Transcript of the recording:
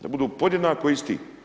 Da budu podjednako isti.